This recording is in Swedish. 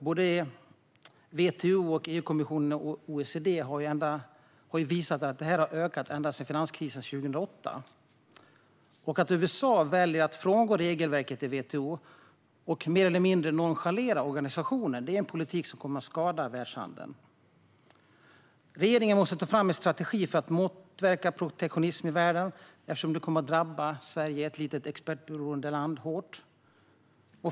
Både WTO, EU-kommissionen och OECD har visat att detta har ökat ända sedan finanskrisen 2008. Att USA väljer att frångå regelverket i WTO och mer eller mindre nonchalera organisationen är en politik som kommer att skada världshandeln. Regeringen måste ta fram en strategi för att motverka protektionism i världen eftersom det kommer att drabba Sverige, ett litet exportberoende land, hårt.